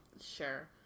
Sure